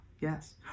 yes